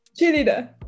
cheerleader